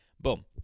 Boom